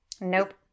Nope